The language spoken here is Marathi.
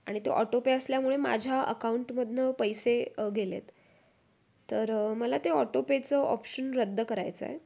आणि ते ऑटोपे असल्यामुळे माझ्या अकाउंटमधनं पैसे गेलेत तर मला ते ऑटोपेचं ऑप्शन रद्द करायचं आहे